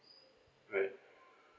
right